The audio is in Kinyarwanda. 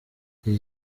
iki